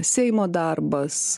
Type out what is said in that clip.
seimo darbas